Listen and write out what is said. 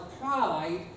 pride